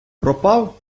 пропав